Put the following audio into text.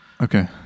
Okay